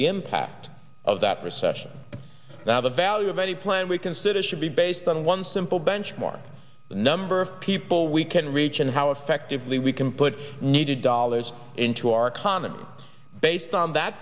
the impact of that recession now the value of any plan we consider should be based on one simple benchmark the number of people we can reach and how effectively we can put needed dollars into our economy based on that